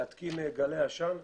להתקין גלאי עשן.